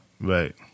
Right